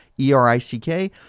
E-R-I-C-K